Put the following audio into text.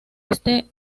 este